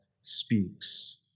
speaks